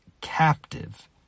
captive